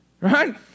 Right